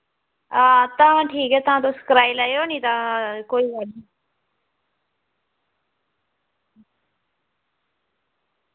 हां तां ठीक ऐ तां तुस कराई लैएओ नी तां कोई गल्ल निं